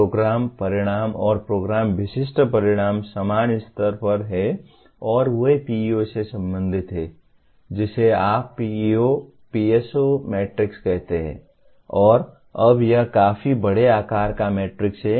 और अब प्रोग्राम परिणाम और प्रोग्राम विशिष्ट परिणाम समान स्तर पर हैं और वे PEO से संबंधित हैं जिसे आप PEO PSO मैट्रिक्स कहते हैं और अब यह काफी बड़े आकार का मैट्रिक्स है